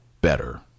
better